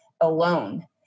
alone